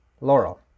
Laurel